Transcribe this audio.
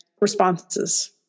responses